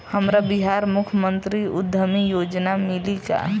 हमरा बिहार मुख्यमंत्री उद्यमी योजना मिली का?